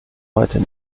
heute